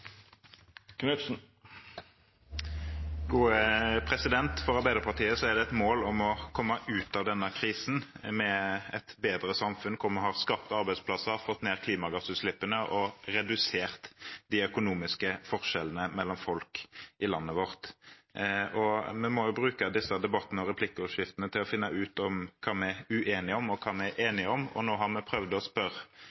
har skapt arbeidsplasser, fått ned klimagassutslippene og redusert de økonomiske forskjellene mellom folk i landet vårt. Vi må jo bruke disse debattene og replikkordskiftene til å finne ut hva vi er uenige om og hva vi er